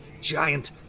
giant